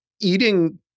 eating